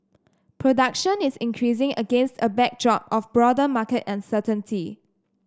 production is increasing against a backdrop of broader market uncertainty